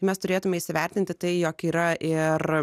mes turėtume įsivertinti tai jog yra ir